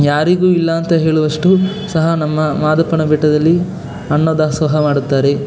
ಯಾರಿಗೂ ಇಲ್ಲಾಂತ ಹೇಳುವಷ್ಟು ಸಹ ನಮ್ಮ ಮಾದಪ್ಪನ ಬೆಟ್ಟದಲ್ಲಿ ಅನ್ನ ದಾಸೋಹ ಮಾಡುತ್ತಾರೆ